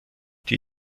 die